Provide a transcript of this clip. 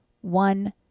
One